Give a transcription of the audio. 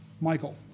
Michael